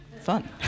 fun